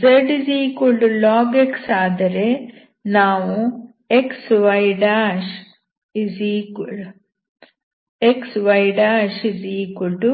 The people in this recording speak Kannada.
zlog x ಆದರೆ ನಾವು xydydz x2yd2ydz2